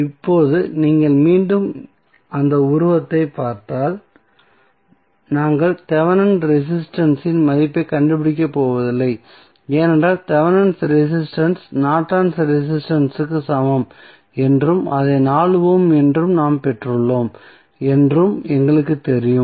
இப்போது நீங்கள் மீண்டும் அந்த உருவத்தைப் பார்த்தால் நாங்கள் தெவெனின் ரெசிஸ்டன்ஸ் இன் மதிப்பைக் கண்டுபிடிக்கப் போவதில்லை ஏனென்றால் தெவெனின் ரெசிஸ்டன்ஸ் நார்டன்ஸ் ரெசிஸ்டன்ஸ் இற்கு சமம் என்றும் அதை 4 ஓம் என நாம் பெற்றுள்ளோம் என்றும் எங்களுக்குத் தெரியும்